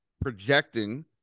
projecting